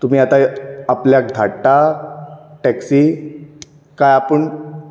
तुमी आतां आपल्याक धाडटा टैक्सी कांय आपूण